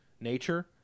nature